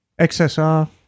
XSR